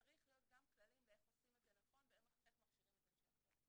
צריך להיות גם כללים איך עושים את זה נכון ואיך מכשירים את אנשי הצוות.